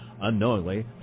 Unknowingly